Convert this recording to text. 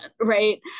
right